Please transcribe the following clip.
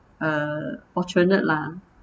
uh fortunate lah